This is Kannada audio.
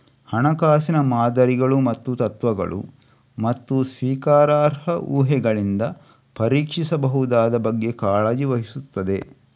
ಹಣಕಾಸಿನ ಮಾದರಿಗಳು ಮತ್ತು ತತ್ವಗಳು, ಮತ್ತು ಸ್ವೀಕಾರಾರ್ಹ ಊಹೆಗಳಿಂದ ಪರೀಕ್ಷಿಸಬಹುದಾದ ಬಗ್ಗೆ ಕಾಳಜಿ ವಹಿಸುತ್ತದೆ